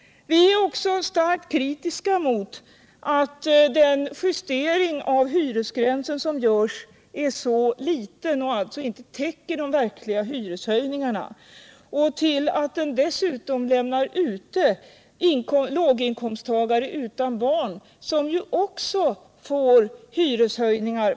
Vi är också starkt kritiska mot att den justering av hyresgränsen som görs är så liten och alltså inte täcker de verkliga hyreshöjningarna och till att den inte omfattar låginkomsttagare utan barn, som ju också får hyreshöjningar.